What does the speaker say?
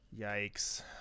Yikes